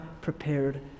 prepared